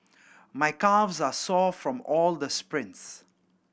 my calves are sore from all the sprints